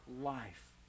life